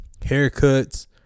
haircuts